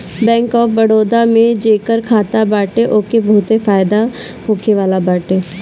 bank of Baroda में जेकर खाता बाटे ओके बहुते फायदा होखेवाला बाटे